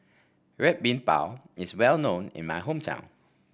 Red Bean Bao is well known in my hometown